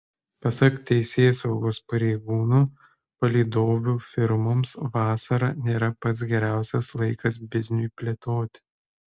pasak teisėsaugos pareigūnų palydovių firmoms vasara nėra pats geriausias laikas bizniui plėtoti